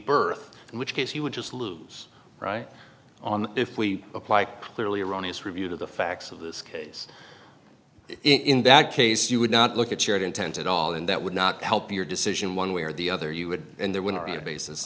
birth in which case he would just lose right on if we apply clearly erroneous review to the facts of this case in that case you would not look at your intent at all and that would not help your decision one way or the other you would and there wouldn't be a basis